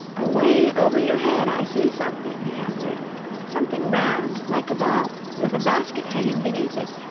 away over your head i see something, he answered something round like a ball, with a basket hanging beneath it.